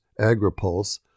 Agripulse